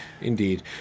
indeed